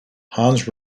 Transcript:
hans